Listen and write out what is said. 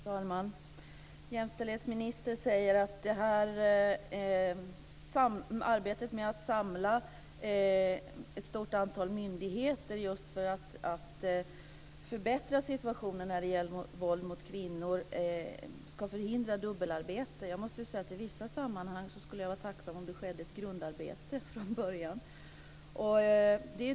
Herr talman! Jämställdhetsministern säger att arbetet med att samla ett stort antal myndigheter för att förbättra situationen när det gäller våld mot kvinnor ska förhindra dubbelarbete. Jag måste säga att i vissa sammanhang skulle jag vara tacksam om det skedde ett grundarbete från början.